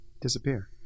Disappear